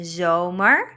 zomer